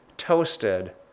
toasted